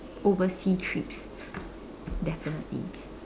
oversea trips definitely